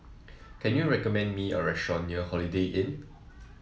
can you recommend me a restaurant near Holiday Inn